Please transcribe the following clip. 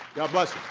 god bless